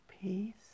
peace